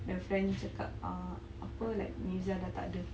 the friend cakap err apa like mirza dah tak ada